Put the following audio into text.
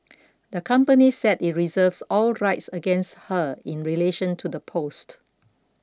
the company said it reserves all rights against her in relation to the post